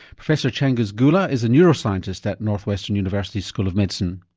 professor changiz geula is a neuroscientist at northwestern university's school of medicine.